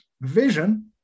vision